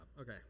okay